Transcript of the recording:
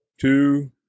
two